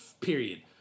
period